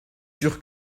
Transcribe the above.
sûr